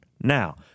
Now